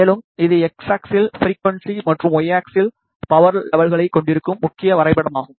மேலும் இது X axis frequency மற்றும் Y ஆக்ஸிஸ் பவர் லெவலைக் கொண்டிருக்கும் முக்கிய வரைபடமாகும்